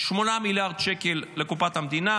8 מיליארד שקל לקופת המדינה,